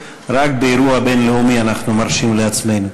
רק באירוע בין-לאומי אנחנו מרשים לעצמנו.